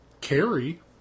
Carrie